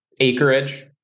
Acreage